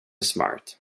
smart